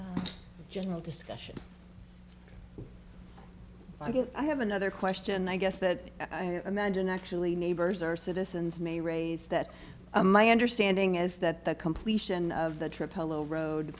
more general discussion i guess i have another question i guess that i imagine actually neighbors or citizens may raise that my understanding is that the completion of the trip polo road